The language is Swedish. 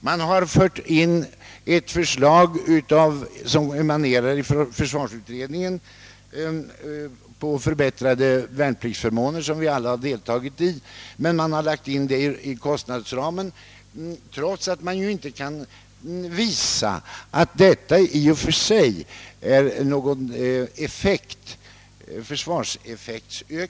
Man har vidare inom kostnadsramen fört in ett förslag från försvarsutredningen om förbättrade värnpliktsförmåner — som vi alla varit eniga om — trots att man inte kan visa att detta i och för sig medför någon ökad försvarseffekt.